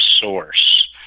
source